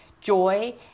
joy